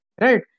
right